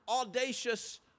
audacious